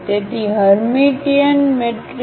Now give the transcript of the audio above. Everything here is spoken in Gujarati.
તેથી હર્મિટિયન મેટ્રિક્સ શું છે